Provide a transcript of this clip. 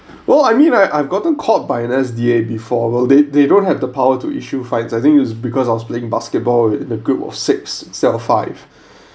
well I mean I I've gotten caught by an S_D_A before well they they don't have the power to issue fines I think it was because I was playing basketball with a group of six instead of five